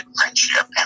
friendship